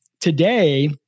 today